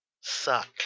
suck